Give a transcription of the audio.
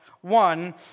one